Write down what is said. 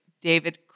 David